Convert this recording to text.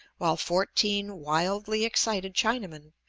while fourteen wildly excited chinamen,